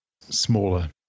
smaller